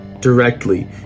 directly